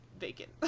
vacant